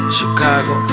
Chicago